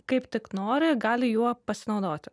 kaip tik nori gali juo pasinaudoti